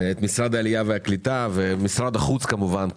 את משרד העלייה והקליטה ומשרד החוץ כמובן,